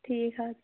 ٹھیٖک حظ